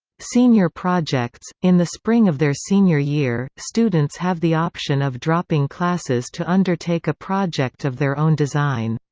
senior projects in the spring of their senior year, students have the option of dropping classes to undertake a project of their own design.